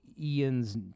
Ian's